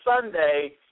Sunday